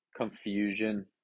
Confusion